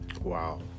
Wow